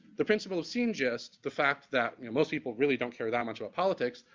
the principle of scene gist, the fact that, you know, most people really don't care that much about politics,